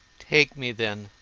take me, then,